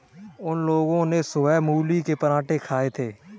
उन लोगो ने सुबह मूली के पराठे खाए थे